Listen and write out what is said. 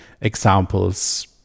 examples